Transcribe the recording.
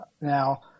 now